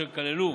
אשר כללו